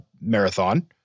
Marathon